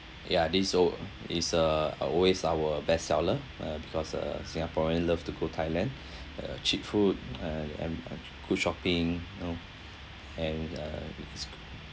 ya this al~ is uh uh always our best seller uh because uh singaporean love to go thailand uh cheap food uh and go shopping you know and uh